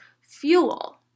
fuel